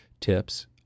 Tips